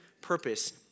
purpose